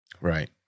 Right